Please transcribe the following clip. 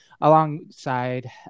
Alongside